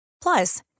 Plus